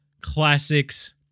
classics